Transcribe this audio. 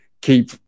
keep